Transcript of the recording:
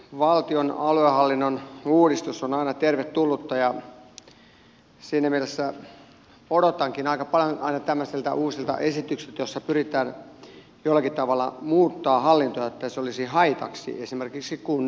valtion aluehallinnon uudistus on aina tervetullutta ja siinä mielessä odotankin aika paljon aina tämmöisiltä uusilta esityksiltä joissa pyritään jollakin tavalla muuttamaan hallintoa ettei se olisi haitaksi esimerkiksi kunnille